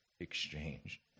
exchange